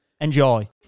Enjoy